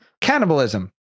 Cannibalism